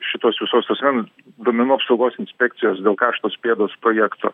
šitos visos asmens duomenų apsaugos inspekcijos dėl karštos pėdos projekto